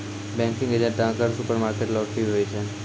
banking agent डाकघर, supermarket, lottery, हुवै छै